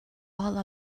all